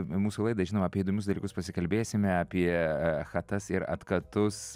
mūsų laidą žinoma apie įdomius dalykus pasikalbėsime apie chatas ir atkatus